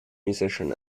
musician